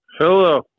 Hello